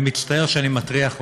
אני מצטער שאני מטריח אותךְ,